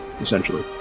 essentially